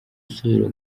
usubira